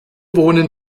wohnen